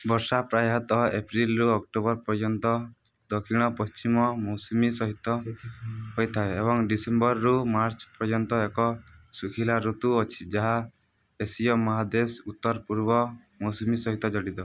ବର୍ଷା ପ୍ରାୟତଃ ଏପ୍ରିଲରୁ ଅକ୍ଟୋବର ପର୍ଯ୍ୟନ୍ତ ଦକ୍ଷିଣ ପଶ୍ଚିମ ମୌସୁମୀ ସହିତ ହୋଇଥାଏ ଏବଂ ଡିସେମ୍ବରରୁ ମାର୍ଚ୍ଚ ପର୍ଯ୍ୟନ୍ତ ଏକ ଶୁଖିଲା ଋତୁ ଅଛି ଯାହା ଏସୀୟ ମହାଦେଶ ଉତ୍ତର ପୂର୍ବ ମୌସୁମୀ ସହିତ ଜଡ଼ିତ